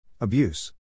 Abuse